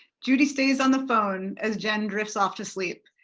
judy stays on the phone as jen drifts off to sleep.